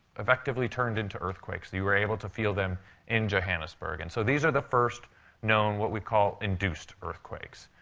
effectively turned into earthquakes. you were able to feel them in johannesburg. and so these are the first known what we call induced earthquakes.